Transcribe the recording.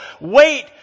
wait